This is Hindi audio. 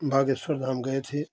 बागेश्वर धाम गए थे